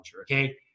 okay